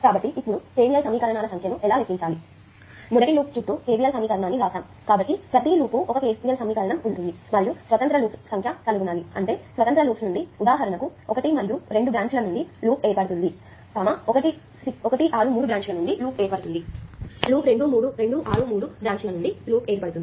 కాబట్టి ఇప్పుడు KVL సమీకరణాల సంఖ్యను ఎలా లెక్కించాలి మొదట లూప్స్ చుట్టూ KVL సమీకరణాన్ని వ్రాస్తాము కాబట్టి ప్రతి లూప్కు ఒక KVL సమీకరణం ఉంటుంది మరియు స్వతంత్ర లూప్స్ సంఖ్య కనుగొనాలి అంటే స్వతంత్ర లూప్స్ నుండి ఉదాహరణకు 1 మరియు 2 బ్రాంచ్ ల నుండి లూప్ ఏర్పడుతుంది 163 బ్రాంచ్ల నుండి లూప్ ఏర్పడుతుంది లూప్ నుండి 2 6 3 బ్రాంచ్ ల నుండి లూప్ ఏర్పడుతుంది